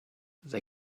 they